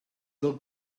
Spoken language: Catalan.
del